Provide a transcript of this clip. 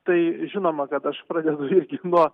tai žinoma kad aš pradedu irgi nuo